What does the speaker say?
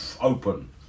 open